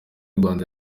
rwanda